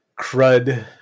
crud